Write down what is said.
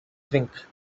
drink